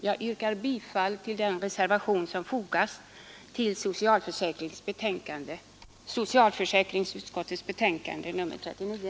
Jag ber att få yrka bifall till den reservation som är fogad till socialförsäkringsutskottets betänkande nr 39.